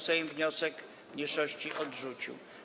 Sejm wniosek mniejszości odrzucił.